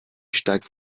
steigt